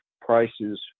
prices